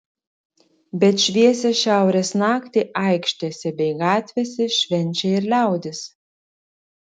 bet šviesią šiaurės naktį aikštėse bei gatvėse švenčia ir liaudis